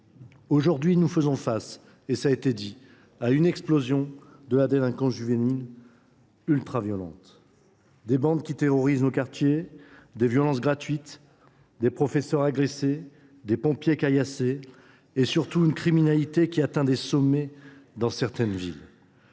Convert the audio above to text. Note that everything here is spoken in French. Aujourd’hui, nous faisons face à une explosion de la délinquance juvénile ultraviolente : des bandes qui terrorisent nos quartiers, des violences gratuites, des professeurs agressés, des pompiers caillassés et, surtout, une criminalité qui atteint des sommets dans certaines villes.